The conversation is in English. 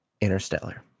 Interstellar